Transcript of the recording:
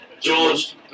George